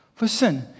listen